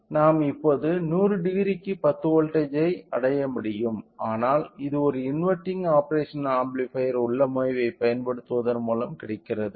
நாம் இப்போது 1000 க்கு 10 வோல்ட் ஐ அடைய முடியும் ஆனால் இது ஒரு இன்வெர்ட்டிங் ஆப்பேரஷனல் ஆம்பிளிபையர் உள்ளமைவைப் பயன்படுத்துவதன் மூலம் கிடைக்கிறது